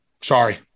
Sorry